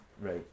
Right